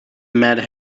mad